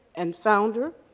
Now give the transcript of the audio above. and founder,